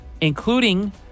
including